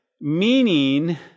meaning